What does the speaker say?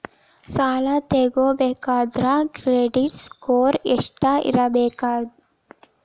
ಸಾಲ ತಗೋಬೇಕಂದ್ರ credit score ಎಷ್ಟ ಇರಬೇಕ್ರಿ?